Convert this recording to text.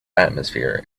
atmosphere